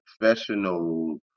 professional